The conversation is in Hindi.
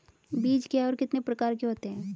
बीज क्या है और कितने प्रकार के होते हैं?